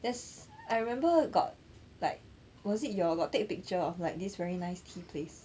that's I remember got like was it your got take picture of like this very nice tea place